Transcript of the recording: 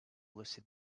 lucy